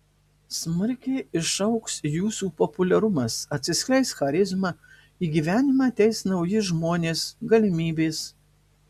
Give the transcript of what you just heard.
smarkiai išaugs jūsų populiarumas atsiskleis charizma į gyvenimą ateis nauji žmonės galimybės